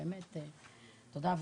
ובאמת תודה.